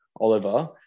Oliver